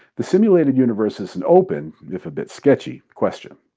the simulated universe is an open if a bit sketchy question.